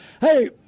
Hey